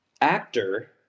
actor